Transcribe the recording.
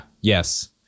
yes